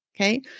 Okay